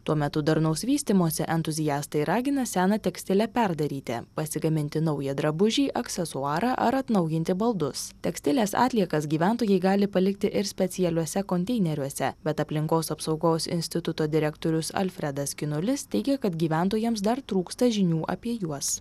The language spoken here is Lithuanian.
tuo metu darnaus vystymosi entuziastai ragina seną tekstilę perdaryti pasigaminti naują drabužį aksesuarą ar atnaujinti baldus tekstilės atliekas gyventojai gali palikti ir specialiuose konteineriuose bet aplinkos apsaugos instituto direktorius alfredas kinulis teigia kad gyventojams dar trūksta žinių apie juos